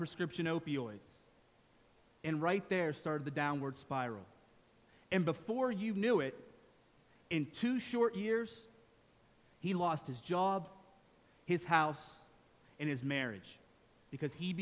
prescription opioids and right there started the downward spiral and before you knew it into short years he lost his job his house and his marriage because he